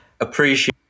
appreciate